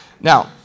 Now